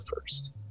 first